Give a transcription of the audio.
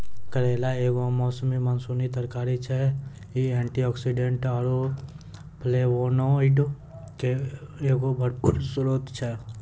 करेला एगो मौसमी मानसूनी तरकारी छै, इ एंटीआक्सीडेंट आरु फ्लेवोनोइडो के एगो भरपूर स्त्रोत छै